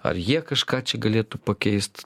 ar jie kažką čia galėtų pakeist